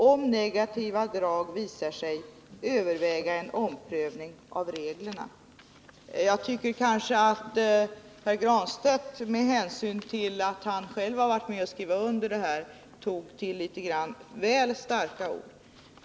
om negativa drag visar sig, överväga en omprövning av reglerna.” Med tanke på att Pär Granstedt själv har varit med om att skriva under det här tycker jag att han använder litet väl starka ord.